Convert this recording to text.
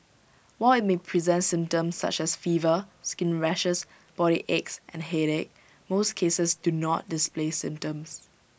while IT may present symptoms such as fever skin rashes body aches and headache most cases do not display symptoms